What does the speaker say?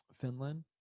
Finland